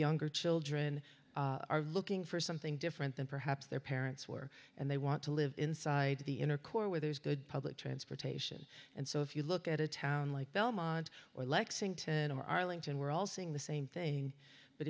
younger children are looking for something different than perhaps their parents were and they want to live inside the inner core where there's good public transportation and so if you look at a town like belmont or lexington or arlington we're all saying the same thing but